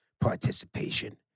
Participation